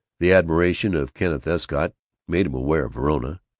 the admiration of kenneth escott made him aware of verona.